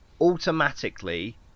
automatically